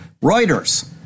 Reuters